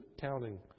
counting